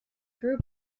grew